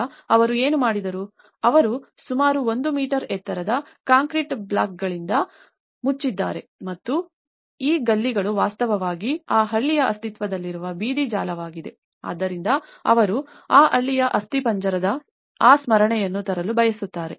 ಈಗ ಅವರು ಏನು ಮಾಡಿದರು ಅವರು ಸುಮಾರು 1 ಮೀಟರ್ ಎತ್ತರದ ಕಾಂಕ್ರೀಟ್ ಬ್ಲಾಕ್ಗಳಿಂದ ಮುಚ್ಚಿದ್ದಾರೆ ಮತ್ತು ಈ ಗಲ್ಲಿಗಳು ವಾಸ್ತವವಾಗಿ ಆ ಹಳ್ಳಿಯ ಅಸ್ತಿತ್ವದಲ್ಲಿರುವ ಬೀದಿ ಜಾಲವಾಗಿದೆ ಆದ್ದರಿಂದ ಅವರು ಆ ಹಳ್ಳಿಯ ಅಸ್ಥಿಪಂಜರದ ಆ ಸ್ಮರಣೆಯನ್ನು ತರಲು ಬಯಸುತ್ತಾರೆ